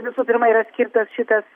visų pirma yra skirtas šitas